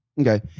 Okay